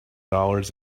dollars